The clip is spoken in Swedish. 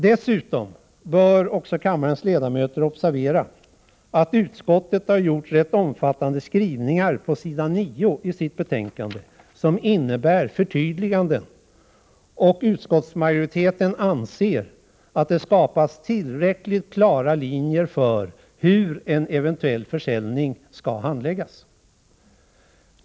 Dessutom bör kammarens ledamöter observera att utskottet på s. 9 i sitt betänkande har gjort rätt omfattande skrivningar, som innebär förtydliganden. Utskottsmajoriteten anser att det skapas tillräckligt klara linjer för hur en eventuell försäljning skall handläggas.